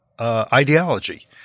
ideology –